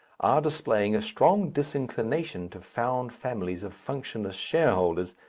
are displaying a strong disinclination to found families of functionless shareholders,